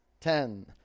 ten